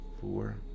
four